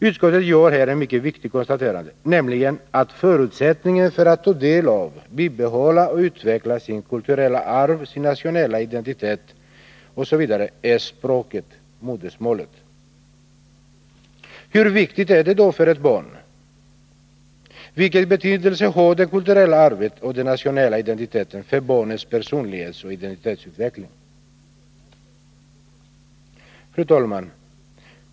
Utskottet gör här ett mycket viktigt konstaterande, nämligen att förutsättningen för att ta del av, bibehålla och utveckla sitt kulturella arv, sin nationella identitet osv. är språket, modersmålet. Hur viktigt är det då för ett barn? Vilken betydelse har det kulturella arvet och den nationella identiteten för barnens personlighetsoch identitetsutveckling? Fru talman!